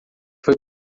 foi